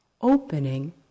opening